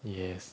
yes